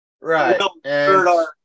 Right